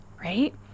right